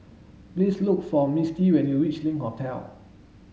please look for Misti when you reach Link Hotel